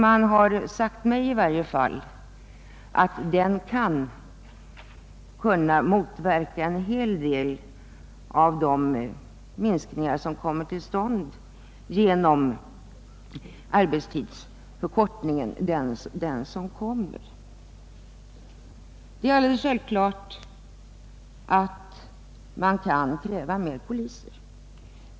Man har sagt mig att det är möjligt att centraliseringen kan uppväga en hel del av de minskningar som uppstår genom en kommande arbetstidsförkortning. Man kan naturligtvis kräva fler poliser.